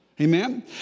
Amen